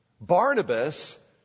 Barnabas